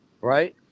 right